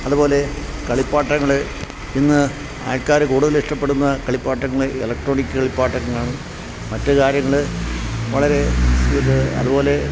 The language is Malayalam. അതുപോലെ കളിപ്പാട്ടങ്ങള് ഇന്ന് ആൾക്കാര് കൂടുതൽ ഇഷ്ടപ്പെടുന്ന കളിപ്പാട്ടങ്ങള് ഇലക്ട്രോണിക് കളിപ്പാട്ടങ്ങളാണ് മറ്റു കാര്യങ്ങള് വളരെ ഏത് അതുപോലെ